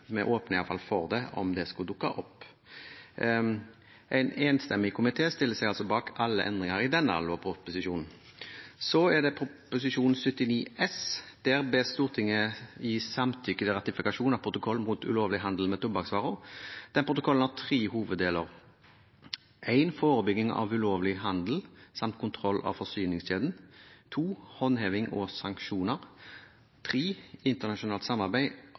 for det – om det skulle dukke opp. En enstemmig komité stiller seg altså bak alle endringene i denne lovproposisjonen. Så er det Prop. 79 S: Der bes Stortinget gi samtykke til ratifikasjon av protokoll mot ulovlig handel med tobakksvarer. Den protokollen har tre hoveddeler. Den første er forebygging av ulovlig handel samt kontroll av forsyningskjeden. Det andre er håndheving og sanksjoner, og det tredje er internasjonalt samarbeid